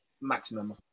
maximum